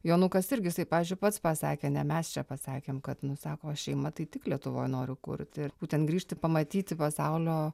jonukas irgi jisai pavyzdžiui pats pasakė ne mes čia pasakėm kad nu sako šeima tai tik lietuvoj noriu kurti ir būtent grįžti pamatyti pasaulio